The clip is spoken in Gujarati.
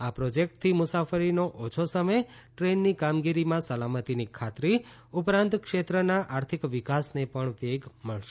આ પ્રોજેક્ટથી મુસાફરીનો ઓછો સમય ટ્રેનની કામગીરીમાં સલામતીની ખાતરી ઉપરાંત ક્ષેત્રના આર્થિક વિકાસને પણ વેગ મળશે